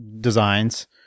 designs